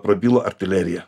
prabilo artilerija